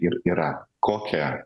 ir yra kokią